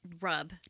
rub